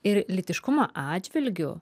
ir lytiškumo atžvilgiu